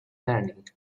learning